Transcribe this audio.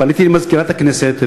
פניתי למזכירת הכנסת,